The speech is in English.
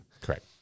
Correct